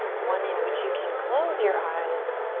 one in which you can close your eyes,